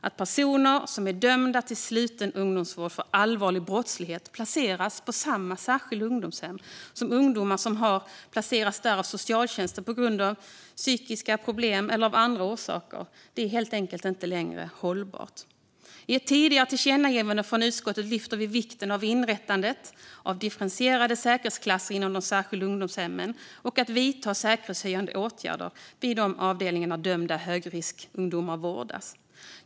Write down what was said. Att personer som är dömda till sluten ungdomsvård för allvarlig brottslighet placeras på samma särskilda ungdomshem som ungdomar som har placerats där av socialtjänsten på grund av psykiska problem eller av andra orsaker är helt enkelt inte längre hållbart. I ett tidigare tillkännagivande från utskottet lyfter vi vikten av att inrätta differentierade säkerhetsklasser inom de särskilda ungdomshemmen och att vidta säkerhetshöjande åtgärder vid de avdelningar där dömda högriskungdomar vårdas.